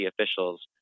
officials